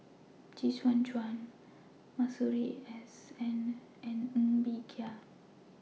Chee Soon Juan Masuri S N and Ng Bee Kia